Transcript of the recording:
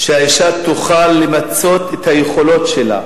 שהאשה תוכל למצות את היכולות שלה